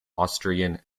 austrian